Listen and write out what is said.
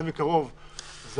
זה מקרוב,